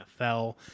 NFL